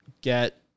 get